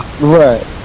Right